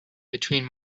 between